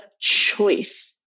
choice